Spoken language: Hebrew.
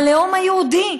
הלאום היהודי?